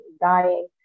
dying